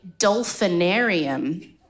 dolphinarium